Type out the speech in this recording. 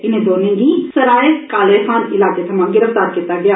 इनें दोनें गी सराए काले खान इलाके थमां गिरफ्तार कीता गेआ